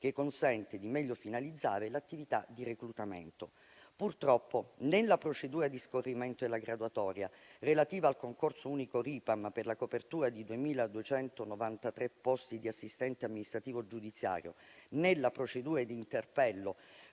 che consente di meglio finalizzare l'attività di reclutamento. Purtroppo, né la procedura di scorrimento della graduatoria relativa al concorso unico Ripam per la copertura di 2.293 posti di assistente amministrativo giudiziario, né la procedura di interpello